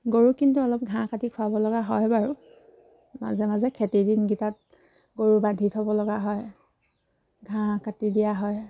গৰুক কিন্তু অলপ ঘাঁহ কাটি খুৱাব লগা হয় বাৰু মাজে মাজে খেতিৰ দিনকেইটাত গৰু বান্ধি থ'ব লগা হয় ঘাঁহ কাটি দিয়া হয়